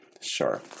Sure